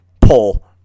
pull